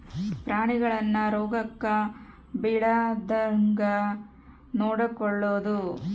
ಪ್ರಾಣಿಗಳನ್ನ ರೋಗಕ್ಕ ಬಿಳಾರ್ದಂಗ ನೊಡಕೊಳದು